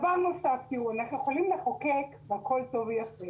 אנחנו יכולים לחוקק והכול טוב ויפה